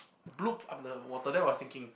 bloop up the water then I was thinking